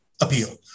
appeal